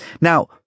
Now